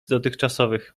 dotychczasowych